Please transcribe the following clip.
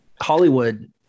Hollywood